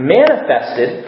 manifested